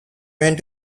went